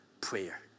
prayer